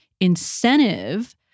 incentive